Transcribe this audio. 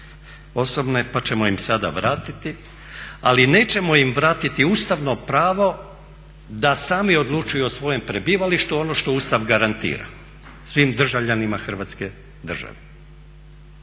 osobne pa ćemo im sada vratiti, ali nećemo im vratiti ustavno pravo da sami odlučuju o svojem prebivalištu ono što Ustav garantira svim državljanima Hrvatske države.